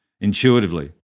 intuitively